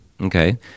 Okay